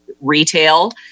retail